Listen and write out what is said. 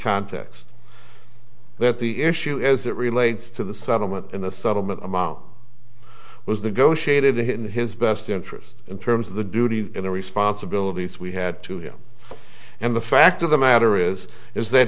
context that the issue as it relates to the settlement and the settlement amount was the go shade of the in his best interest in terms of the duty in the responsibilities we had to do and the fact of the matter is is that